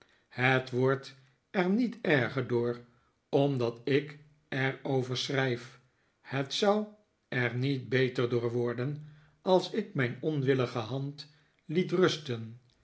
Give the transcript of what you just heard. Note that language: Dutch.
het wordt er niet erger door omdat ik er over schrijf het zou er niet beter door worden als ik mijn onwillige hand liet rusten